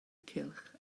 cylch